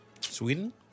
Sweden